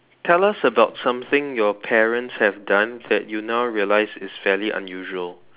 tell us about something your parents have done that you now realize is fairly unusual